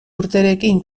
urterekin